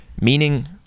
Meaning